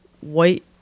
white